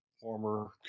Former